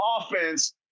offense